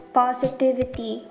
positivity